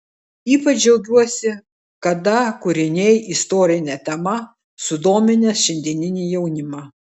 ypač džiaugiuosi kada kūriniai istorine tema sudomina šiandieninį jaunimą